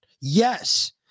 Yes